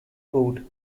court